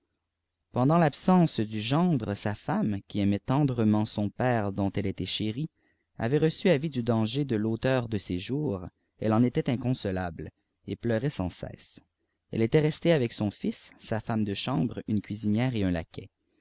pendant l'absence du gendre sa femme qui aimait tendrement son père dont elle était chérie avait reçu avis du danger de l'auteur de ses jours elle en était inconsolable et pleurait sans cesse elle était restée avec son fils sa femme de chambre une cuisinière etun laquais